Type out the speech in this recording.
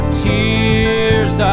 tears